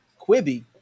Quibi